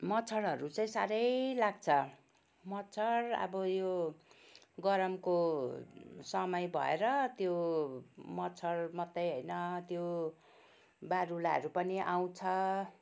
मच्छडहरू चाहिँ साह्रै लाग्छ मच्छड अब यो गरमको समय भएर त्यो मच्छड मात्रै होइन त्यो बारुलाहरू पनि आँउछ